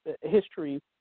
history